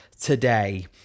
Today